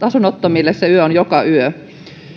asunnottomille se yö on joka yö